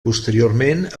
posteriorment